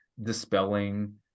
dispelling